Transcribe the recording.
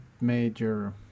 major